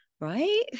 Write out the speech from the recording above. right